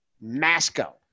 Masco